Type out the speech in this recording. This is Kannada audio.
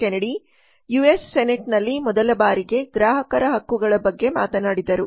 ಕೆನಡಿ ಯುಎಸ್ ಸೆನೆಟ್ನಲ್ಲಿ ಮೊದಲ ಬಾರಿಗೆ ಗ್ರಾಹಕರ ಹಕ್ಕುಗಳ ಬಗ್ಗೆ ಮಾತನಾಡಿದರು